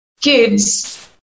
kids